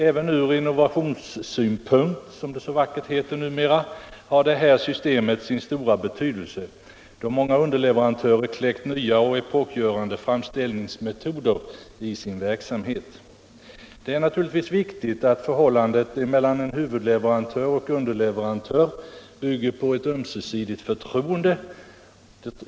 Även ur innovationssynpunkt, som det så vackert heter numera, har det här systemet sin stora betydelse, då många underleverantörer kläckt nya epokgörande framställningsmetoder. Det är anturligtvis viktigt att förhållandet mellan huvudleverantör och underleverantör bygger på ömsesidigt förtroende.